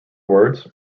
words